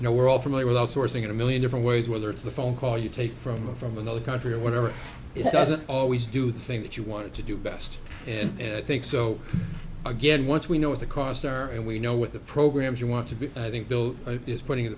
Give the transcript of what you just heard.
you know we're all familiar with outsourcing in a million different ways whether it's the phone call you take from a from another country or whatever it doesn't always do the thing that you want to do best and i think so again once we know what the costs are and we know what the programs you want to be i think bill is putting